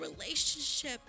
relationship